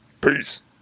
Peace